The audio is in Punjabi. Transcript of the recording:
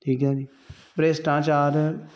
ਠੀਕ ਹੈ ਜੀ ਭ੍ਰਿਸ਼ਟਾਚਾਰ